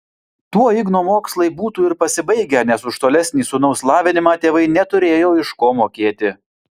tuo igno mokslai būtų ir pasibaigę nes už tolesnį sūnaus lavinimą tėvai neturėjo iš ko mokėti